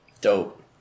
Dope